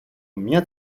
μια